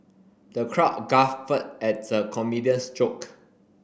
the crowd guffawed at the comedian's joke